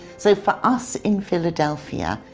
so for us in philadelphia,